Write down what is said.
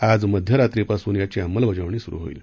आज मध्यरात्रीपासून याची अंमलबजावणी सुरु होईल